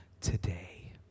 today